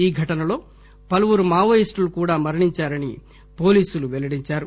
ఈ ఘటనలో పలువురు మావోయిస్టులు కూడా మరణించారని పోలీసులు పెల్లడించారు